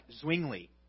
Zwingli